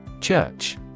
CHURCH